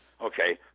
Okay